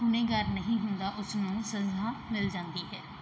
ਗੁਨਾਹਗਾਰ ਨਹੀਂ ਹੁੰਦਾ ਉਸ ਨੂੰ ਸਜ਼ਾ ਮਿਲ ਜਾਂਦੀ ਹੈ